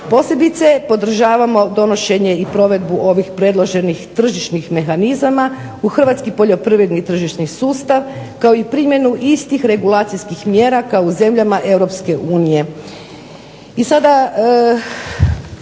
Posebice podržavamo donošenje i provedbu ovih predloženih tržišnih mehanizama u hrvatski poljoprivredni tržišni sustav kao i primjenu istih regulacijskih mjera kao u zemljama Europske unije.